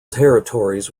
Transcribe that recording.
territories